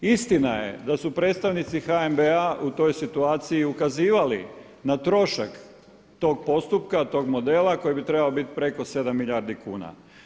Istina je da su predstavnici HNB-a u toj situaciji ukazivali na trošak tog postupka, tog modela koji bi trebao biti preko 7 milijardi kuna.